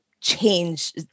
change